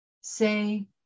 Say